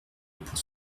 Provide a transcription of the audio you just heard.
pour